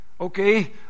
okay